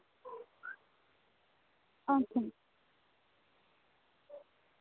ᱟᱪᱪᱷᱟ